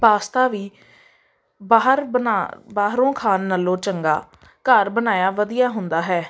pasta ਵੀ ਬਾਹਰ ਬਣਾਨ ਬਾਹਰੋਂ ਖਾਣ ਨਾਲੋਂ ਚੰਗਾ ਘਰ ਬਣਾਇਆ ਵਧੀਆ ਹੁੰਦਾ ਹੈ